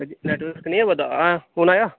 network निं आवै दा हून आया